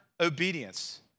obedience